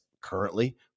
currently